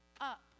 up